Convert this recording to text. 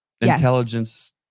Intelligence